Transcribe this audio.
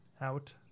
out